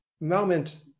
moment